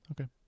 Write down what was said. Okay